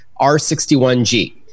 R61G